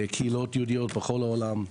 קהילות יהודיות בכל העולם.